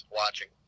watching